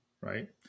right